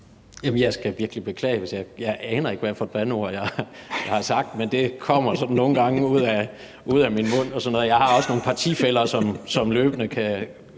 jeg skal virkelig beklage – jeg aner ikke, hvad for et bandeord jeg har sagt, men det kommer sådan nogle gange ud af min mund. Jeg har også nogle partifæller, som løbende kan